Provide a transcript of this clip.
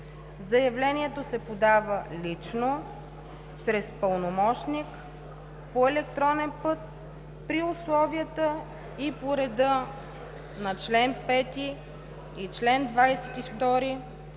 Заявлението се подава лично, чрез пълномощник, по електронен път при условията и по реда на чл. 5 и чл. 22